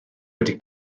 wedi